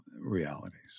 realities